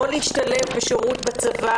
להשתלב בשירות בצבא